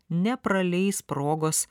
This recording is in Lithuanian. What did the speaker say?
nepraleis progos